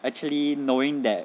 actually knowing that